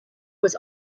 was